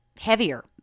heavier